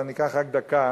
אני אקח רק דקה,